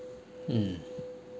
mm